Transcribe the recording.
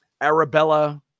Arabella